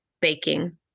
Baking